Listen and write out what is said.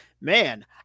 man